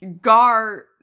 Gar